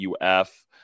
UF